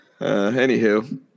Anywho